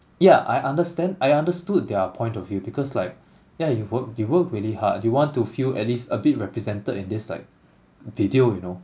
yeah I understand I understood their point of view because like yeah you've worked you've worked really hard you want to feel at least a bit represented in this like video you know